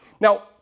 Now